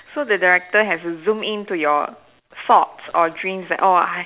so the director has to zoom in to your faults or dreams and all ah